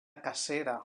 cacera